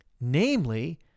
namely